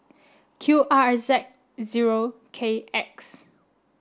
Q R Z zero K X